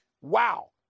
Wow